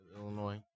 Illinois